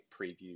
preview